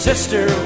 Sister